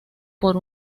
por